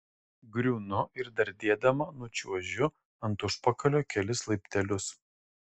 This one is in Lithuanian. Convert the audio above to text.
griūnu ir dardėdama nučiuožiu ant užpakalio kelis laiptelius